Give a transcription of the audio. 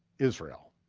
israel.